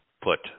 put